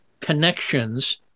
connections